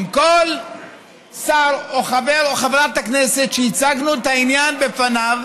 כל שר או חבר או חברת כנסת שהצגנו את העניין בפניו,